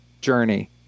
journey